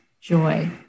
joy